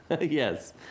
Yes